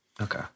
Okay